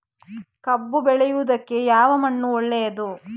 ಕಬ್ಬು ಬೆಳೆಯುವುದಕ್ಕೆ ಯಾವ ಮಣ್ಣು ಒಳ್ಳೆಯದು?